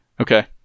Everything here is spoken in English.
Okay